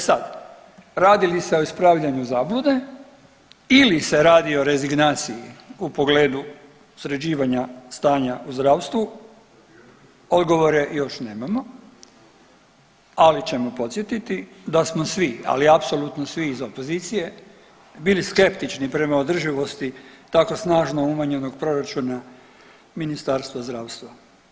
E sad, radi li se o ispravljanu zablude ili se radi o razignaciji u pogledu sređivanja stanja u zdravstvu, odgovore još nemamo, ali ćemo podsjetiti da smo svi, ali apsolutno svi iz opozicije bili skeptični prema održivosti tako snažno umanjenog proračuna Ministarstva zdravstva.